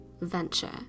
venture